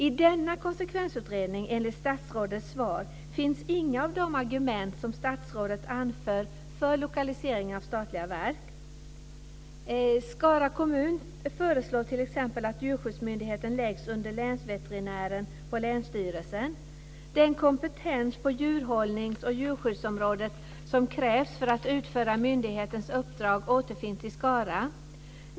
I denna konsekvensutredning finns inga av de argument som statsrådet anför i sitt svar för lokalisering av statliga verk. Skara kommun föreslår t.ex. att djurskyddsmyndigheten läggs under länsveterinären på länsstyrelsen. Den kompetens på djurhållnings och djurskyddsområdet som krävs för att utföra myndighetens uppdrag återfinns i Skara.